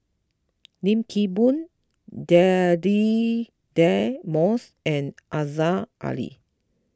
Lim Kim Boon Deirdre Moss and Aziza Ali